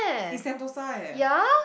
in sentosa eh